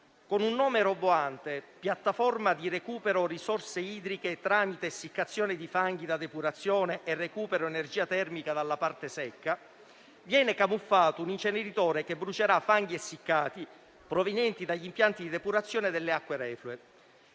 Con un nome roboante ("Piattaforma di recupero risorse idriche tramite essiccazione di fanghi da depurazione e recupero energia termica dalla parte secca"), viene camuffato un inceneritore che brucerà fanghi essiccati, provenienti dagli impianti di depurazione delle acque reflue.